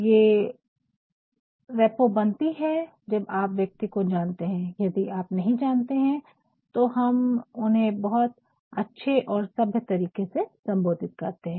ये रेपो सम्बन्ध बनती है जब आप व्यक्ति को जानते है यदि हम नहीं जानते है तो हम उन्हें बहुत अच्छे और सभ्य तरीके से सम्बोधित करते है